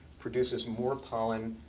produces more pollen,